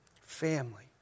family